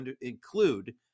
include